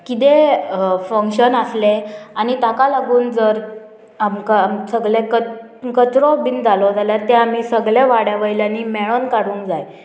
किदें फंक्शन आसलें आनी ताका लागून जर आमकां आमकां सगले कचरो बीन जालो जाल्यार ते आमी सगल्या वाड्या वयल्यांनी मेळोन काडूंक जाय